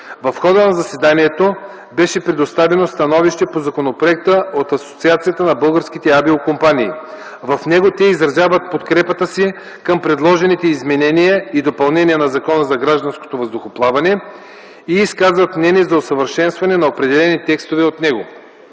В хода на заседанието беше представено становище по законопроекта от Асоциацията на българските авиокомпании. В него те изразяват подкрепата си към предложените изменения и допълнения на Закона за гражданското въздухоплаване и изказват мнение за усъвършенстване на определени текстове от него.